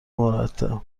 مرتب